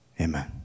Amen